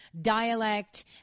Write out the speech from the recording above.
dialect